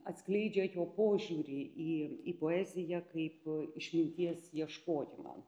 atskleidžia jo požiūrį į į poeziją kaip išminties ieškojimą